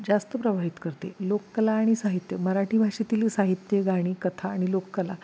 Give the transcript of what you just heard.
जास्त प्रभावित करते लोककला आणि साहित्य मराठी भाषेतील साहित्य गाणी कथा आणि लोककला